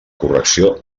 correcció